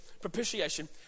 propitiation